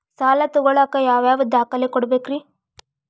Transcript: ಸಾಲ ತೊಗೋಳಾಕ್ ಯಾವ ಯಾವ ದಾಖಲೆ ಕೊಡಬೇಕ್ರಿ?